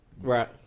Right